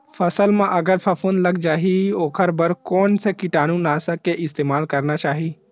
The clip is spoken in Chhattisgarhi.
फसल म अगर फफूंद लग जा ही ओखर बर कोन से कीटानु नाशक के इस्तेमाल करना चाहि?